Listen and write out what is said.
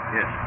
Yes